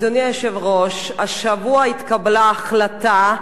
אדוני היושב-ראש, השבוע התקבלה החלטה,